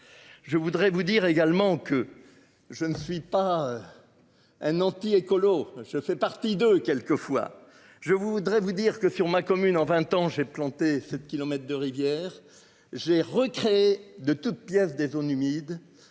Je voudrais vous dire également que je ne suis pas. Un anti-écolo. Je fais partie de quelques fois. Je voudrais vous dire que sur ma commune en 20 ans j'ai planté 7 kilomètres de rivière j'ai recréé de toutes pièces des zones humides